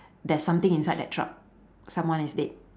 there's something inside that truck someone is dead